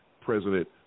President